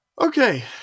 okay